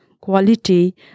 quality